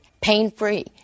pain-free